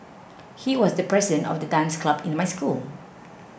he was the president of the dance club in my school